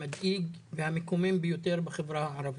המדאיג והמקומם ביותר בחברה הערבית.